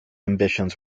ambitions